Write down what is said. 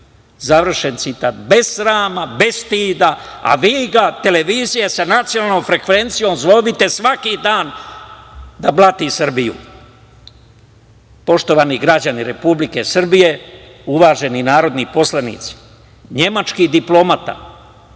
Završen citat. Bez srama, bez stida, a vi ga, televizije sa nacionalnom frekvencijom zovite svaki dan da blati Srbiju. Poštovani građani Republike Srbije, uvaženi narodni poslanici, nemački diplomata,